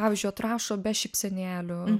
pavyzdžiui atrašo be šypsenėlių